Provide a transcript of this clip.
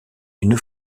une